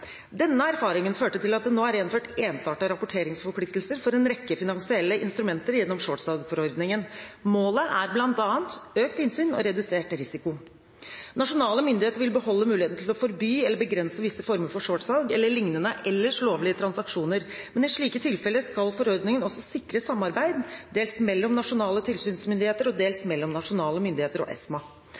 Denne erfaringen førte til at det nå er innført ensartede rapporteringsforpliktelser for en rekke finansielle instrumenter gjennom shortsalgforordningen. Målet er bl.a. økt innsyn og redusert risiko. Nasjonale myndigheter vil beholde muligheten til å forby eller begrense visse former for shortsalg eller lignende ellers lovlige transaksjoner. Men i slike tilfeller skal forordningen også sikre samarbeid, dels mellom nasjonale tilsynsmyndigheter og dels mellom nasjonale myndigheter og